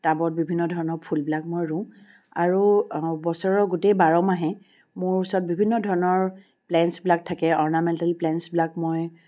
টাবত বিভিন্ন ধৰণৰ ফুলবিলাক মই ৰুওঁ আৰু বছৰৰ গোটেই বাৰ মাহে মোৰ ওচৰত বিভিন্ন ধৰণৰ প্লেনটছবিলাক থাকে অৰ্নামেণ্টেল প্লেনটছবিলাক মই